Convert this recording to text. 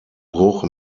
bruch